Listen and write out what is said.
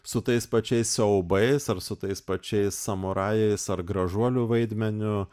su tais pačiais siaubais ar su tais pačiais samurajais ar gražuolių vaidmeniu